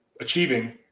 achieving